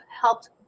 helped